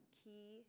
key